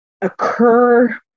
occur